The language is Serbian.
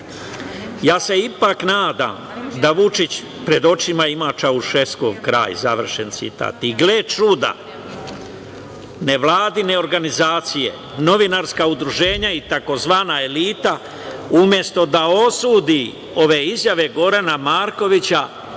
ja se ipak nadam da Vučić pred očima ima Čaušeskog, završen citat. I gle čuda, nevladine organizacije, novinarska udruženja i tzv. elita umesto da osudi ove izjave Gorana Markovića